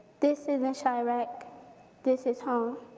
this isn't chiraq. this is home.